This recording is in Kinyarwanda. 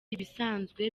ibisanzwe